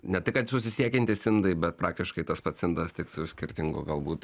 ne tai kad susisiekiantys indai bet praktiškai tas pats indas tik su skirtingu galbūt